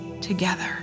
together